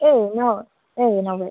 ഏയ് നോ ഏയ് നോ വേ